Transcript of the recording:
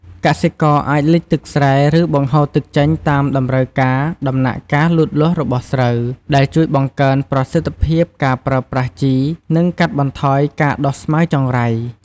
កសិករអាចលិចទឹកស្រែ ឬបង្ហូរទឹកចេញតាមតម្រូវការដំណាក់កាលលូតលាស់របស់ស្រូវ ដែលជួយបង្កើនប្រសិទ្ធភាពការប្រើប្រាស់ជី និងកាត់បន្ថយការដុះស្មៅចង្រៃ។